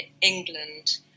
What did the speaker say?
England